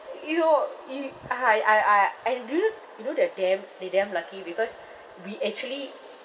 you know you uh I I I I do you know do you know they're damn they damn lucky because we actually